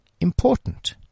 important